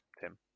Tim